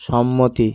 সম্মতি